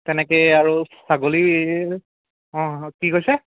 তেনেকেই আৰু ছাগলীৰ অঁ কি কৈছে